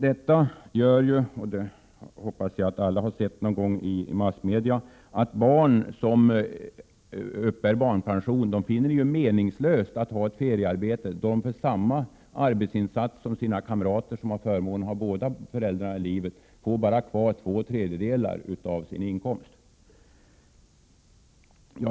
Detta gör — jag hoppas att alla har sett exempel någon gång i massmedia — att de barn som uppbär barnpension finner det meningslöst att ha ett feriearbete, då de för samma arbetsinsats som sina kamrater, som har förmånen att ha båda föräldrarna i livet, får bara två tredjedelar kvar av sin inkomst.